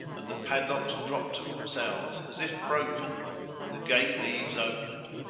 and the padlocks dropped of themselves as if broken and the gate leaves opened.